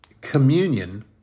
communion